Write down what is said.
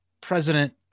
president